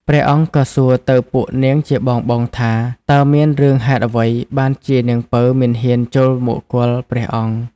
ព្រះអង្គក៏សួរទៅពួកនាងជាបងៗថា តើមានរឿងហេតុអ្វីបានជានាងពៅមិនហ៊ានចូលមកគាល់ព្រះអង្គ?